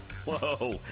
Whoa